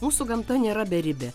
mūsų gamta nėra beribė